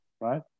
right